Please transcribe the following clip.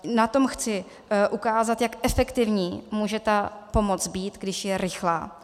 Na tom chci ukázat, jak efektivní může ta pomoc být, když je rychlá.